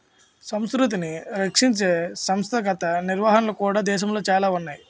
సంస్కృతిని రక్షించే సంస్థాగత నిర్వహణలు కూడా దేశంలో చాలా ఉన్నాయి